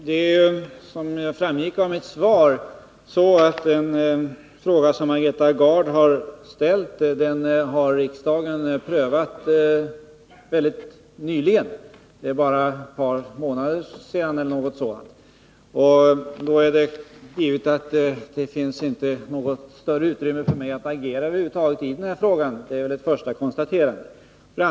Herr talman! Det är, som framgick av mitt svar, så att riksdagen helt nyligen har prövat den fråga som Margareta Gards interpellation avser. Detta skedde för bara ett par månader sedan, och då finns det givetvis inte något större utrymme för mig att agera i frågan. Det är det första konstaterandet.